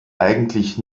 eigentlich